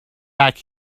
back